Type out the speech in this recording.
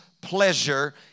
pleasure